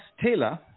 taylor